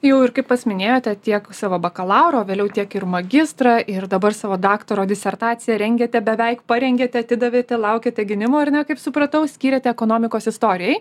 jau ir kaip pats minėjote tiek savo bakalauro vėliau tiek ir magistrą ir dabar savo daktaro disertaciją rengiate beveik parengėte atidavėte laukiate gynimo ar ne kaip supratau skyrėte ekonomikos istorijai